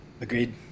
Agreed